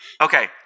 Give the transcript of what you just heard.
Okay